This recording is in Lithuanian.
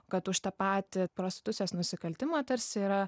kad už tą patį prostitucijos nusikaltimą tarsi yra